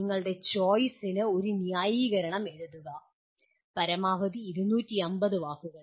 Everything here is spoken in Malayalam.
നിങ്ങളുടെ ചോയിസിന് ഒരു ന്യായീകരണം എഴുതുക പരമാവധി 250 വാക്കുകൾ